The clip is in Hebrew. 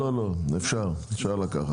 אפשר, אפשר לקחת.